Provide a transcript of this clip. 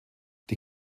die